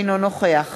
אינו נוכח